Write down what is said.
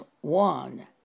one